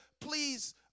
please